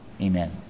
Amen